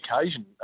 occasion